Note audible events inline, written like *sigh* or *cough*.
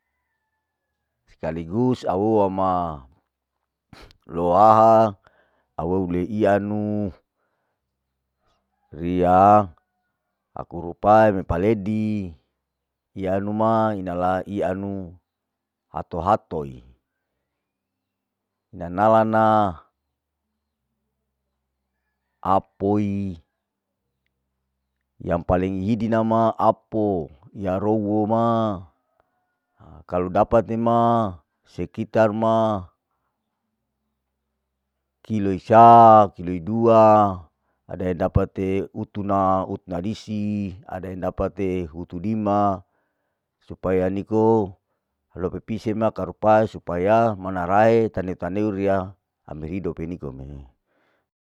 Skaligus aueu wama *unintelligible* lohaha, au eu leiya nu, riya aku rupai ni paledi, iyanu ma inala ianu, hato hatoi, ina nalana apoi yang ppaleng hidi nama apo ya ruwoma, ha kalu dapate ma sekitar ma loi saa. kiloi dua ada yang dapate utuna, utna lisi, ada yang dapate hutudima, supaya niko loko pisie ma karupai supaya mana lae tane tane riya ame hidope nikome.